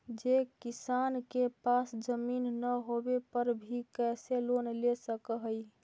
जे किसान के पास जमीन न होवे पर भी कैसे लोन ले सक हइ?